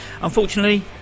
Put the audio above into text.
Unfortunately